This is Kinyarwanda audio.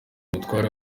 umutware